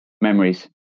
memories